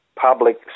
public